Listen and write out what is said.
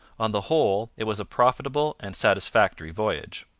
on the whole, it was a profitable and satisfactory voyage.